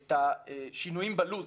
את השינויים בלו"ז.